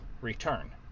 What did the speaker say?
return